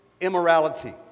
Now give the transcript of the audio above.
immorality